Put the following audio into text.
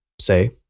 say